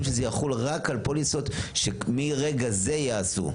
שזה יחול רק על פוליסות שמרגע זה ייעשו.